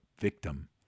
victim